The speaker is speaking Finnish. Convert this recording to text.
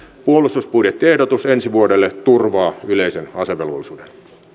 puolustusbudjettiehdotus ensi vuodelle turvaa yleisen asevelvollisuuden